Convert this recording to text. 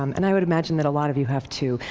um and i would imagine that a lot of you have too.